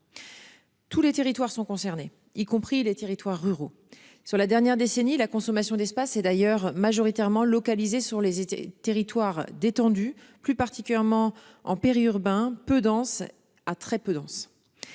Tous les territoires sont concernés, y compris les territoires ruraux. Sur la dernière décennie, la consommation d'espace et d'ailleurs majoritairement localisés sur les territoires détendu, plus particulièrement en péri-peu dense à très peu dense.